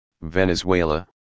Venezuela